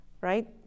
right